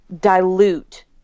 dilute